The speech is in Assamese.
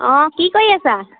অঁ কি কৰি আছা